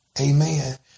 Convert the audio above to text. Amen